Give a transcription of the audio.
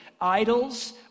Idols